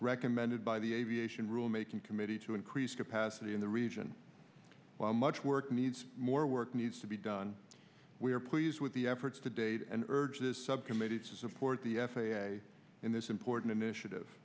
recommended by the aviation rulemaking committee to increase capacity in the region while much work needs more work needs to be done we are pleased with the efforts to date and urge this subcommittee to support the f a a in this important initiative